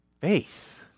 faith